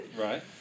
Right